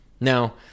Now